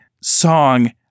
song